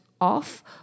off